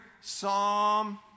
psalm